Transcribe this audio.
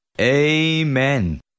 amen